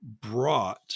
brought